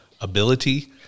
ability